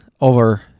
over